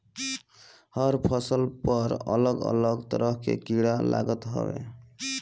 हर फसल पर अलग अलग तरह के कीड़ा लागत हवे